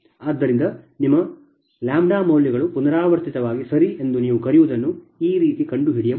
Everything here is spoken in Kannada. ಆದ್ದರಿಂದ ನಿಮ್ಮ λ ಮೌಲ್ಯಗಳು ಪುನರಾವರ್ತಿತವಾಗಿ ಸರಿ ಎಂದು ನೀವು ಕರೆಯುವದನ್ನು ಈ ರೀತಿ ಕಂಡುಹಿಡಿಯಬಹುದು